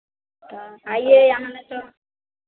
तो आइये यहाँ नहीं तो